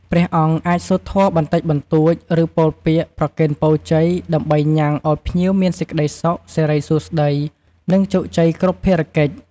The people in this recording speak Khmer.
ជាអ្នកដឹកនាំខាងផ្លូវចិត្ត ជួយអប់រំ បន្ធូរនូវទុកកង្វល់ បញ្ហាផ្លូវចិត្ត ការបាក់ទឹកចិត្តជាដើម។